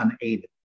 unaided